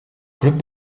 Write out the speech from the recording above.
club